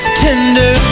tender